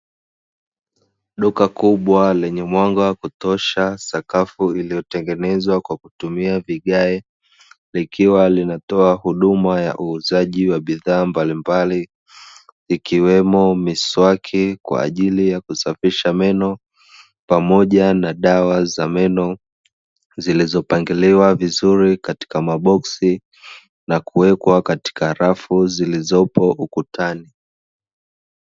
Duka kubwa lenye mwanga wa kutosha, sakafu liliotengenezwa kwa kutumia vigae, likiwa linatoa huduma ya uuzaji wa bidhaa mbalimbali, ikiwemo miswaki kwa ajili ya kusafisha meno pamoja na dawa za meno zilizopangiliwa vizuri katika maboksi na kuwekwa katika rafu zilizopo ukutani.